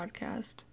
podcast